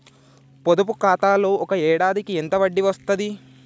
పొదుపు ఖాతాలో ఒక ఏడాదికి ఎంత వడ్డీ వస్తది?